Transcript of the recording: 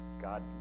God